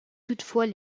toutefois